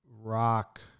Rock